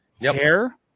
hair